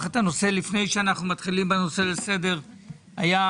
לפני שאנחנו נכנסים לסדר היום אני מבקש לומר כמה דברים.